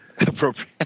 appropriate